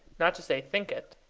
not to say think it.